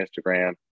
Instagram